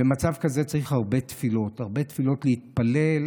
במצב כזה צריך הרבה תפילות, הרבה תפילות להתפלל.